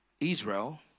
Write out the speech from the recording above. Israel